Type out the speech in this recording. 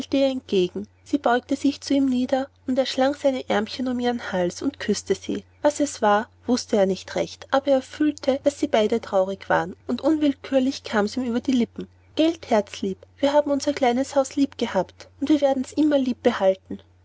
entgegen sie beugte sich zu ihm nieder und er schlang seine aermchen um ihren hals und küßte sie was es war wußte er nicht recht aber er fühlte daß sie beide traurig waren und unwillkürlich kam's ihm auf die lippen gelt herzlieb wir haben unser kleines haus lieb gehabt und wir werden's immer lieb behalten